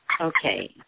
Okay